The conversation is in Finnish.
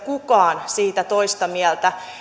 kukaan siitä toista mieltä